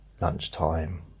Lunchtime